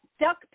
duck